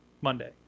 Monday